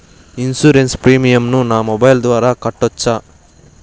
Insurance premium ను నా mobile ద్వారా కట్టొచ్చా?